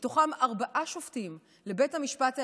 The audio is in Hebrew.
ומתוכם ארבעה שופטים לבית המשפט העליון.